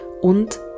und